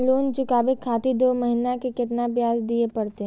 Loan चुकाबे खातिर दो महीना के केतना ब्याज दिये परतें?